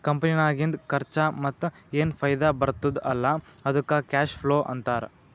ಕಂಪನಿನಾಗಿಂದ್ ಖರ್ಚಾ ಮತ್ತ ಏನ್ ಫೈದಾ ಬರ್ತುದ್ ಅಲ್ಲಾ ಅದ್ದುಕ್ ಕ್ಯಾಶ್ ಫ್ಲೋ ಅಂತಾರ್